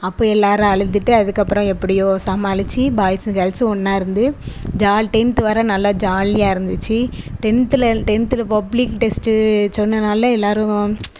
அப்போ எல்லோரும் அழுதுகிட்டு அதுக்கப்புறம் எப்படியோ சமாளிச்சு பாய்ஸ்ஸும் கேர்ள்ஸும் ஒன்றா இருந்து ஜாலி டென்த் வரை நல்லா ஜாலியாக இருந்துச்சு டென்த்துல டென்த்துல பப்ளிக் டெஸ்ட்டு சொன்னதினால எல்லோரும்